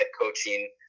coaching